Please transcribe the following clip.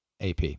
AP